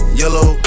yellow